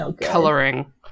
coloring